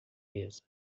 mesa